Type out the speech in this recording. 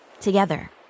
together